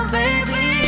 baby